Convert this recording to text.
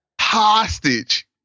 hostage